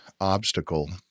obstacle